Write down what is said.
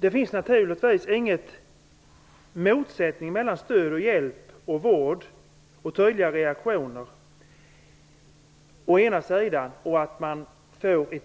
Det finns naturligtvis ingen motsättning mellan stöd, hjälp, vård och tydliga reaktioner å ena sidan och en